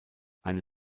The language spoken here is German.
eine